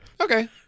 Okay